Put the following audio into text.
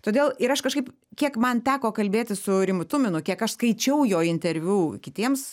todėl ir aš kažkaip kiek man teko kalbėtis su rimu tuminu kiek aš skaičiau jo interviu kitiems